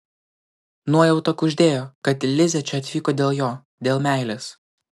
nuojauta kuždėjo kad lizė čia atvyko dėl jo dėl meilės